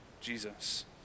Jesus